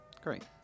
Great